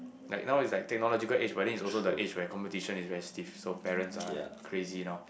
like now is like technological age but then is also the age where competition is really stiff so parents are like crazy now